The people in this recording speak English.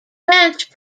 ranch